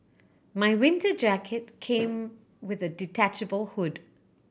my winter jacket came with a detachable hood